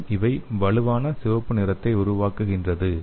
மேலும் இவை வலுவான சிவப்பு நிறத்தை உருவாக்குகிறது